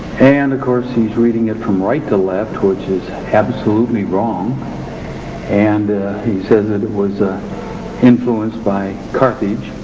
and of course he's reading it from right to left which is absolutely wrong and he says that it was influenced by carthage